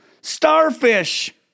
Starfish